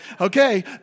okay